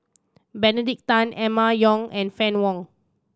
Benedict Tan Emma Yong and Fann Wong